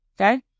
Okay